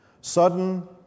Sudden